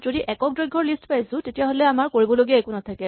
যদি একক দৈৰ্ঘ্যৰ লিষ্ট পাইছো তেতিয়াহ'লে আমাৰ কৰিবলগীয়া একো নাথাকে